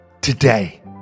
today